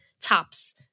tops